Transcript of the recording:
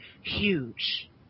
huge